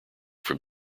from